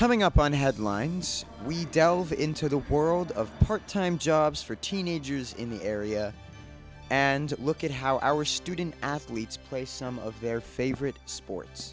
coming up on the headlines we delve into the world of part time jobs for teenagers in the area and look at how our student athletes play some of their favorite